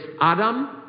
Adam